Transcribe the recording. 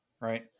right